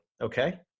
okay